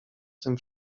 tym